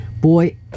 Boy